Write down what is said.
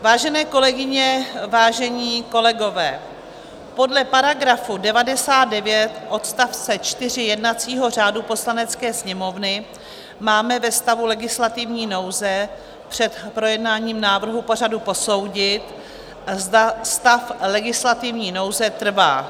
Vážené kolegyně, vážení kolegové, podle § 99 odst. 4 jednacího řádu Poslanecké sněmovny máme ve stavu legislativní nouze před projednáním návrhu pořadu posoudit, zda stav legislativní nouze trvá.